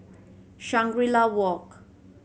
Shangri La Walk